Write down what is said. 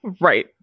Right